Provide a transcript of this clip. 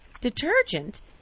detergent